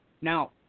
Now